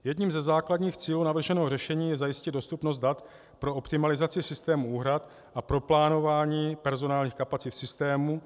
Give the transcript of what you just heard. Jedním ze základních cílů navrženého řešení je zajistit dostupnost dat pro optimalizaci systému úhrad a pro plánování personálních kapacit systému.